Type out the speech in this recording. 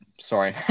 sorry